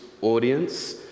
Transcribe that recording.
audience